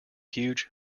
huge